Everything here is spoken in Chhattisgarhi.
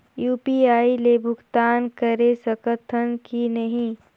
यू.पी.आई ले भुगतान करे सकथन कि नहीं?